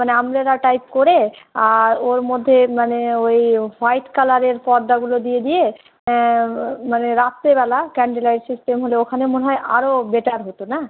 মানে umbrella type করে আর ওর মধ্যে মানে ওই হোয়াইট কালারের পর্দাগুলো দিয়ে দিয়ে মানে রাত্রে বেলা ক্যান্ডেল লাইট সিস্টেম হলে ওখানে মনে হয় আরও বেটার হতো না